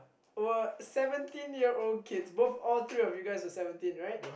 were seventeen year old kids both all three of you guys are seventeen right